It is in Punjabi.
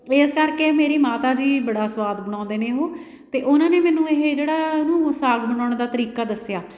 ਇਸ ਕਰਕੇ ਮੇਰੀ ਮਾਤਾ ਜੀ ਬੜਾ ਸਵਾਦ ਬਣਾਉਂਦੇ ਨੇ ਉਹ ਅਤੇ ਉਹਨਾਂ ਨੇ ਮੈਨੂੰ ਇਹ ਜਿਹੜਾ ਇਹਨੂੰ ਸਾਗ ਬਣਾਉਣ ਦਾ ਤਰੀਕਾ ਦੱਸਿਆ